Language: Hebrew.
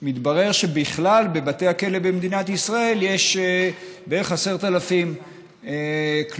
מתברר שבכלל בבתי הכלא במדינת ישראל יש בערך כ-10,000 כלואים,